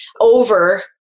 over